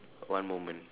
one moment